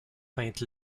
peintre